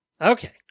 Okay